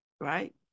right